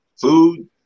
food